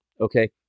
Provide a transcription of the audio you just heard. Okay